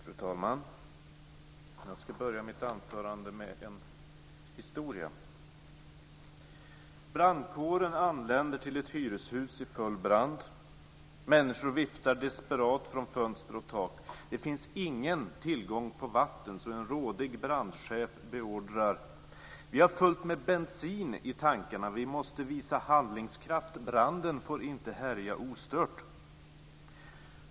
Fru talman! Jag ska börja mitt anförande med en historia: "Brandkåren anländer till ett hyreshus i full brand. Människor viftar desperat från fönster och tak. Det finns ingen tillgång på vatten så en rådig brandchef beordrar: - Vi har fullt med bensin i tankarna, vi måste visa handlingskraft, branden får inte härja ostört.